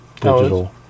digital